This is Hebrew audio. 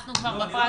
אנחנו כבר בפרקטיקה.